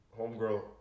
homegirl